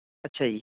ਅੱਛਾ ਜੀ